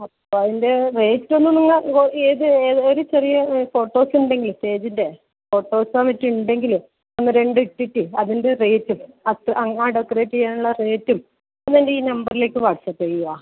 അപ്പോൾ അതിൻ്റെ റേറ്റൊന്നും നിങ്ങൾ ചെറിയ ഫോട്ടോസ് എന്തെങ്കിലും സ്റ്റേജിൻ്റെ ഫോട്ടോസൊ മറ്റോ ഉണ്ടെങ്കിൽ ഒന്ന് രണ്ട് ഇട്ടിട്ട് അതിൻ്റെ റേറ്റും ആ ഡെക്കറേറ്റ് ചെയ്യാനുള്ള റേറ്റും എൻ്റെ ഈ നമ്പറിലേക്ക് വാട്സ്അപ്പ് ചെയ്യുമോ